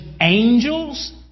angels